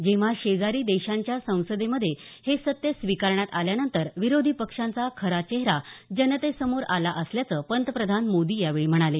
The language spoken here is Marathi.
जेव्हा शेजारी देशाच्या संसदेमधे हे सत्य स्वीकारण्यात आल्यानंतर विरोधी पक्षांचा खरा चेहरा जनतेसमोर आला असल्याचं पंतप्रधान मोदी यावेळी म्हणाले